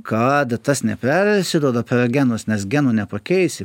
kad tas nepersiduoda per genus nes genų nepakeisi